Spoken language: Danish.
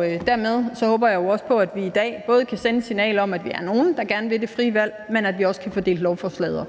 det. Dermed håber jeg jo også på, at vi i dag både kan sende et signal om, at vi er nogle, der gerne vil det frie valg, men at vi også kan få delt lovforslaget